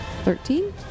Thirteen